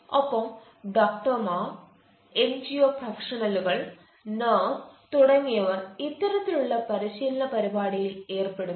ഒപ്പം ഡോക്ടർമാർ എൻജിഒ പ്രൊഫഷണലുകൾ നഴ്സ് തുടങ്ങിയവർ ഇത്തരത്തിലുള്ള പരിശീലന പരിപാടിയിൽ ഏർപ്പെടുന്നു